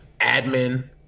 admin